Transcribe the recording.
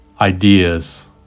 ideas